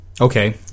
Okay